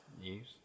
news